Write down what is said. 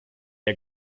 der